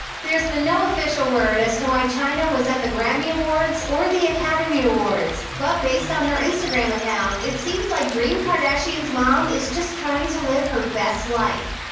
there's been no official word as to why chyna was at the grammy awards or the academy awards, but based on her instagram account, it seems like dream kardashian's mom is just trying to live her best life.